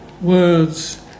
words